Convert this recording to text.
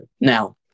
now